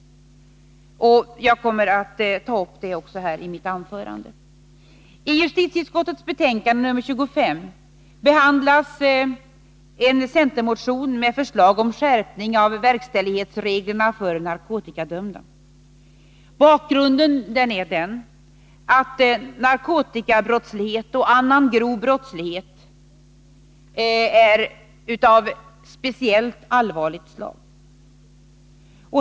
Jag kommer att ta upp det längre fram i mitt anförande. grunden är den att narkotikabrottslighet och annan grov brottslighet är av speciellt allvarligt slag.